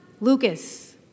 Lucas